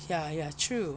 ya ya true